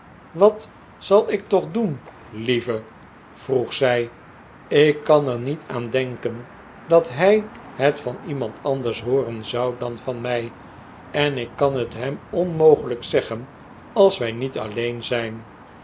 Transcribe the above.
wat zal ik toch doen lieve vroeg zij lfc kan er niet aan denken dat hij het van iemand anders hooren zou dan van mij en ik kan het hem onmogelijk zeggen als wij niet alleen zijn